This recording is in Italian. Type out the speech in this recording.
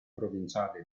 provinciale